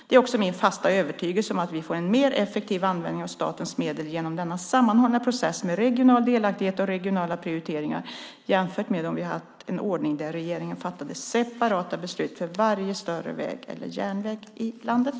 Det är också min fasta övertygelse att vi får en mer effektiv användning av statens medel genom denna sammanhållna process med regional delaktighet och regionala prioriteringar, jämfört med om vi hade en ordning där regeringen fattade separata beslut för varje större väg och järnväg i landet.